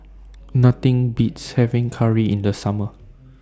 Nothing Beats having Curry in The Summer